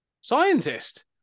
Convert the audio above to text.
scientist